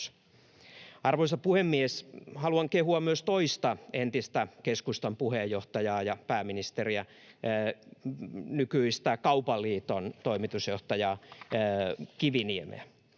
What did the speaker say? Arvoisa puhemies! Haluan kehua myös toista entistä keskustan puheenjohtajaa ja pääministeriä, nykyistä Kaupan liiton toimitusjohtajaa Kiviniemeä.